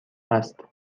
است